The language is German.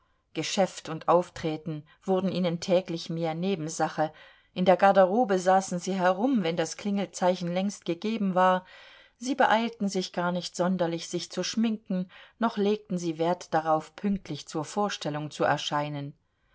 geschäft und auftreten wurden ihnen täglich mehr nebensache in der garderobe saßen sie herum wenn das klingelzeichen längst gegeben war sie beeilten sich gar nicht sonderlich sich zu schminken noch legten sie wert darauf pünktlich zur vorstellung zu erscheinen